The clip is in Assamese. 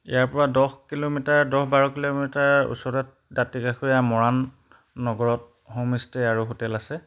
ইয়াৰপৰা দহ কিলোমিটাৰ দহ বাৰ কিলোমিটাৰ ওচৰত দাঁতিকাষৰীয়া মৰাণ নগৰত হোমষ্টে' আৰু হোটেল আছে